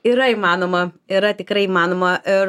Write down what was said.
yra įmanoma yra tikrai įmanoma ir